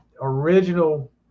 original